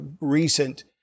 recent